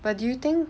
but do you think